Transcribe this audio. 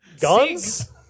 Guns